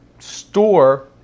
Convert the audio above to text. store